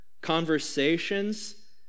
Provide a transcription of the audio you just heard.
conversations